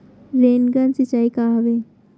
Rain gun सिंचाई का हवय?